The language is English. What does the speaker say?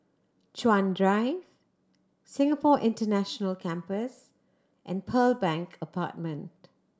Chuan Drive Singapore International Campus and Pearl Bank Apartment